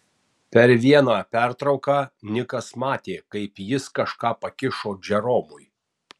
per vieną pertrauką nikas matė kaip jis kažką pakišo džeromui